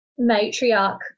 matriarch